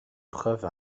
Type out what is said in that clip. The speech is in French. preuve